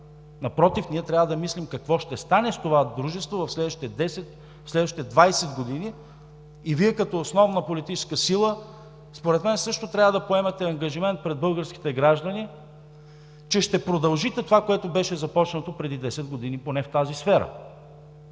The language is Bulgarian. Напротив, ние трябва да мислим какво ще стане с това дружество в следващите 10, 20 години и Вие като основна политическа сила според мен също трябва да поемете ангажимент пред българските граждани, че ще продължите това, което беше започнато преди 10 години, поне в тази сфера.